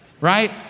Right